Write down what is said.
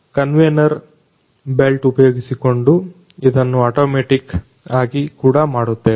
conveyor belt ಉಪಯೋಗಿಸಿಕೊಂಡು ಇದನ್ನ automatic ಆಗಿ ಕೂಡ ಮಾಡುತ್ತೇವೆ